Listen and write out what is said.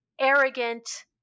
arrogant